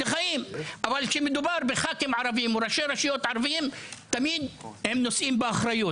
אבל כשמדובר בחברי כנסת ערבים אז תמיד הם נושאים באחריות,